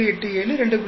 87 2